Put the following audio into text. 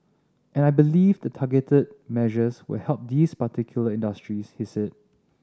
and I believe the targeted measures will help these particular industries he said